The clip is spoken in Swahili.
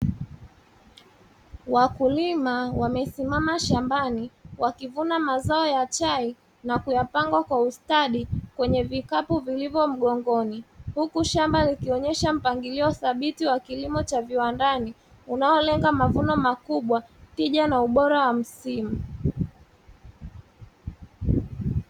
Wakulima wamesimama shambani wakivuna mazao ya chai na kuyapanga kwa ustadi kwenye vikapu vilivyo mgongoni, huku shamba likionyesha mpangilio thabiti wa kilimo cha viwandani unaolenga mavuno makubwa tija na ubora wa msimu.